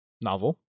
novel